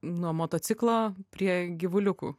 nuo motociklo prie gyvuliukų